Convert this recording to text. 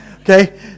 Okay